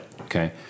Okay